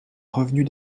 revenus